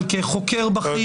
אבל כחוקר בכיר.